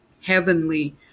heavenly